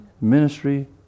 ministry